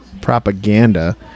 Propaganda